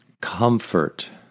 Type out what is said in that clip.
comfort